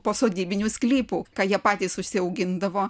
pasodybinių sklypų ką jie patys užsiaugindavo